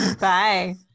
Bye